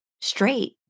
straight